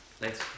Thanks